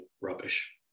rubbish